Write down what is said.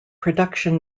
production